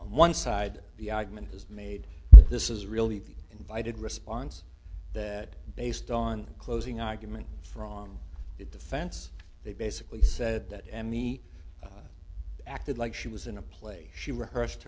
on one side the argument is made that this is really the invited response that based on closing argument from the defense they basically said that any acted like she was in a place she rushed